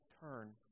Turn